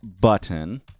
button